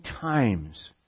times